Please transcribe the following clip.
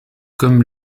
comme